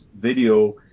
video